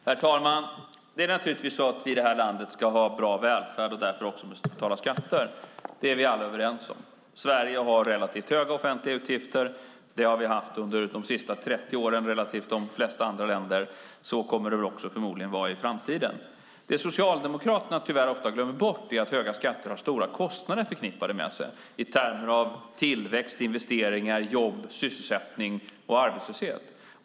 Herr talman! Det är naturligtvis så att vi i det här landet ska ha en bra välfärd och därför också måste betala skatter. Det är vi alla överens om. Sverige har relativt höga offentliga utgifter. Det har vi haft under de senaste 30 åren i förhållande till de flesta andra länder. Så kommer det förmodligen också att vara i framtiden. Det Socialdemokraterna tyvärr ofta glömmer bort är att höga skatter har stora kostnader förknippade med sig i termer av tillväxt, investeringar, jobb, sysselsättning och arbetslöshet.